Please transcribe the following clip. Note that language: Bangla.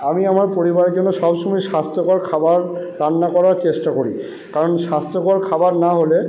আমি আমার পরিবারের জন্য সবসময় স্বাস্থ্যকর খাবার রান্না করার চেষ্টা করি কারণ স্বাস্থ্যকর খাবার না হলে